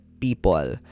people